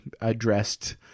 addressed